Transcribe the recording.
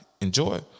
Enjoy